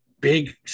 big